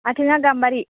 आथेङा गाम्बारि